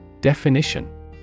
Definition